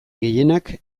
gehienak